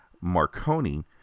Marconi